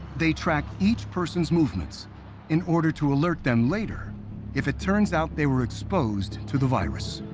they track each person's movements in order to alert them later if it turns out they were exposed to the virus.